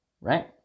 right